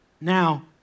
Now